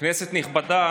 כנסת נכבדה,